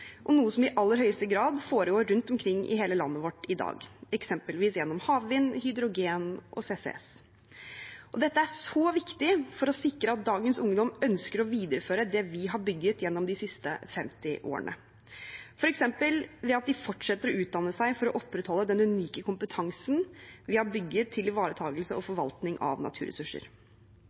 og noe som i aller høyeste grad foregår rundt omkring i hele landet vårt i dag, eksempelvis gjennom havvind, hydrogen og CCS. Dette er svært viktig for å sikre at dagens ungdom ønsker å videreføre det vi har bygget gjennom de siste 50 årene, f.eks. ved at de fortsetter å utdanne seg for å opprettholde den unike kompetansen vi har bygget til ivaretakelse og forvaltning av naturressurser.